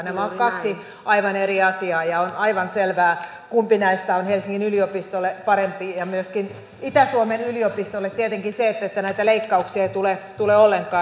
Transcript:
nämä ovat kaksi aivan eri asiaa ja on aivan selvää kumpi näistä on helsingin yliopistolle parempi ja myöskin itä suomen yliopistolle tietenkin se että näitä leikkauksia ei tule ollenkaan